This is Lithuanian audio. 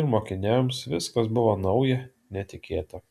ir mokiniams viskas buvo nauja netikėta